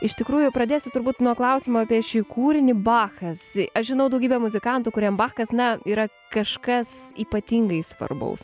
iš tikrųjų pradėsiu turbūt nuo klausimo apie šį kūrinį bachas aš žinau daugybę muzikantų kuriems bakas na yra kažkas ypatingai svarbaus